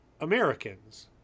Americans